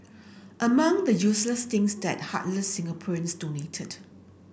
among the useless teams that heartless Singaporeans donated